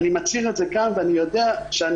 אני מצהיר את זה כאן ואני יודע שאני